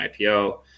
IPO